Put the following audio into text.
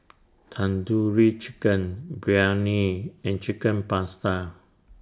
Tandoori Chicken Biryani and Chicken Pasta